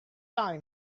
time